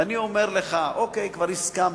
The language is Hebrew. ואני אומר לך, אוקיי, כבר הסכמנו,